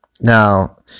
Now